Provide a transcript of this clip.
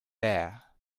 bare